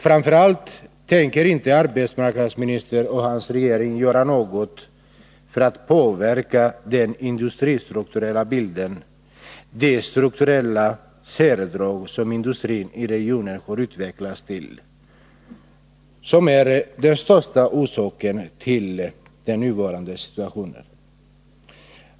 Framför allt tänker inte arbetsmarknadsministern och hans regering göra något för att påverka den industristrukturella bilden, de strukturella särdrag som industrin i regionen har fått genom utvecklingen och som är den största orsaken till den nuvarande situationen.